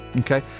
okay